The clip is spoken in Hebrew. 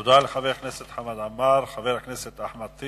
תודה לחבר הכנסת חמד עמאר.